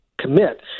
commit